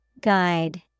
Guide